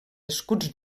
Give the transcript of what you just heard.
escuts